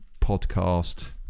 podcast